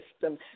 system